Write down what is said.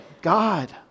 God